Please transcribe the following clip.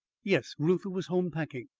yes, reuther was home packing.